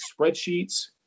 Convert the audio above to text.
spreadsheets